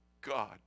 God